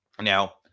Now